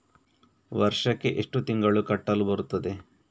ವರ್ಷಕ್ಕೆ ಎಷ್ಟು ತಿಂಗಳು ಕಟ್ಟಲು ಬರುತ್ತದೆ?